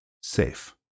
safe